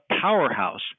powerhouse